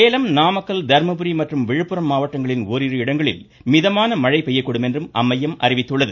சேலம் நாமக்கல் தர்மபுரி மற்றும் விழுப்புரம் ஆகிய மாவட்டங்களின் ஓரிரு இடங்களில் மிதமான மழை பெய்யக்கூடும் என்றும் அம்மையம் அறிவித்துள்ளது